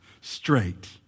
straight